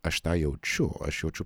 aš tą jaučiu aš jaučiu